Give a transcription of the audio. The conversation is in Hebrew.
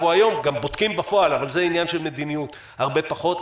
אנחנו היום גם בודקים בפועל אבל זה עניין של מדיניות הרבה פחות.